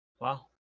Wow